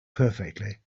perfectly